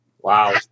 Wow